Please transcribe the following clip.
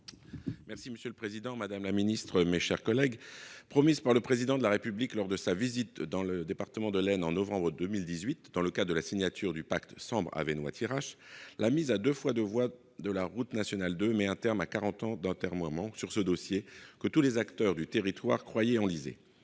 Monsieur le président, madame la ministre, mes chers collègues, promise par le Président de la République lors de sa visite dans le département de l'Aisne en novembre 2018 dans le cadre de la signature du pacte Sambre-Avesnois-Thiérache, la mise à 2x2 voies de la RN2 met un terme à quarante ans d'atermoiements sur ce dossier que tous les acteurs du territoire croyaient enlisé.